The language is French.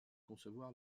concevoir